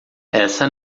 essa